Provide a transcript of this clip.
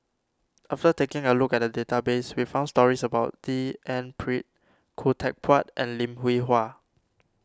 after taking a look at the database we found stories about D N Pritt Khoo Teck Puat and Lim Hwee Hua